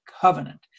covenant